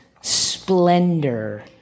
splendor